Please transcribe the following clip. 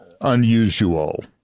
unusual